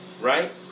right